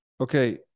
Okay